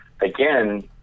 again